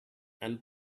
and